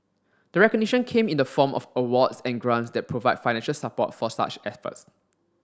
the recognition came in the form of awards and grants that provide financial support for such efforts